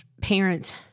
parents